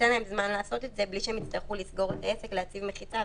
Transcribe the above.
ניתן לו זמן לעשות את זה בלי שהוא יצטרך לסגור את העסק ולהתקין מחיצה.